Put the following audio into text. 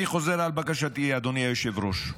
אני חוזר על בקשתי, אדוני היושב-ראש: